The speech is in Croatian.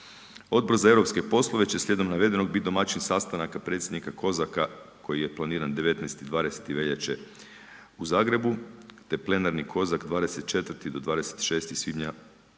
Odbor za eu poslove će slijedom navedenog biti domaćin sastanaka predsjednika COSAC-a koji je planiran 19.ti i 20.ti veljače u Zagrebu te plenarni COSAC 24.-26. svibnja